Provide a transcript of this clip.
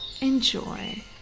Enjoy